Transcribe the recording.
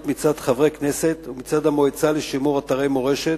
מצד חברי כנסת ומצד המועצה לשימור אתרי מורשת.